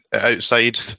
outside